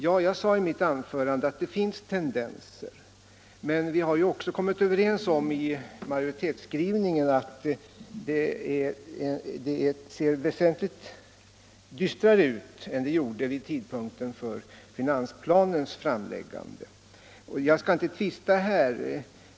Jag sade i mitt anförande att det finns tendenser till det, men vi har också kommit överens om i majoritetsskrivningen att det ser väsentligt dystrare ut nu än det gjorde vid tidpunkten för finansplanens framläggande. Vi har ingen anledning att tvista om detta här.